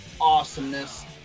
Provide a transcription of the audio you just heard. awesomeness